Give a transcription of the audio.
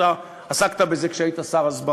אני מניח שאתה עסקת בזה כשאתה היית שר הסברה,